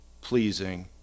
pleasing